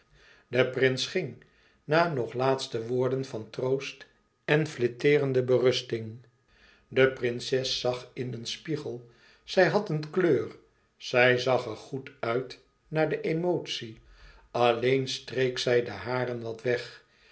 de prins ging na nog laatste woorden van troost en flirteerende berusting de prinses zag in een spiegel zij had een kleur zij zag er goed uit na de emotie alleen streek zij de haren wat weg